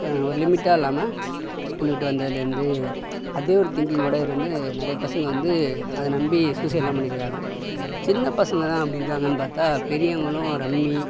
ஒரு லிமிட்டாக இல்லாம ஸ்கூல் விட்டு வந்ததுலேருந்து அதே ஒரு திங்கிங்கோட இருந்து நிறைய பசங்க வந்து அதை நம்பி சூசைட்ல்லாம் பண்ணி இருக்காங்க சின்ன பசங்க தான் அப்படி இருக்காங்கன்னு பார்த்தா பெரியவங்களுக்கு ரம்மி